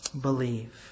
Believe